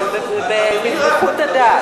אבל בבדיחות הדעת.